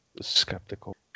skeptical